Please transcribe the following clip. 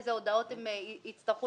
איזה הודעות הם יצטרכו